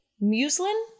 muslin